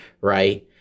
right